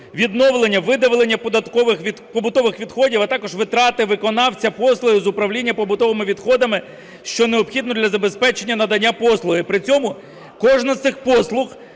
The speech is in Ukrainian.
відновлення, видавлення побутових відходів, а також витрати виконавця послуги з управління побутовими відходами, що необхідно для забезпечення надання послуги, при цьому кожна з цих послуг